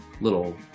Little